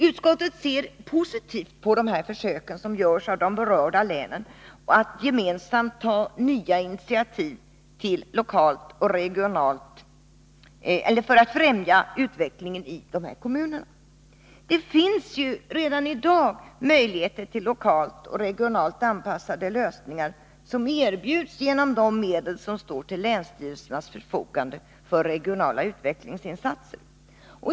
Utskottet ser positivt på de försök som görs av de berörda länen att gemensamt ta nya initiativ för att främja utvecklingen i dessa kommuner. Där finns ju redan i dag möjligheter till lokalt och regionalt anpassade lösningar som erbjuds genom de medel som står till länsstyrelsernas förfogande för regionala utvecklingsinsatser.